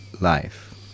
life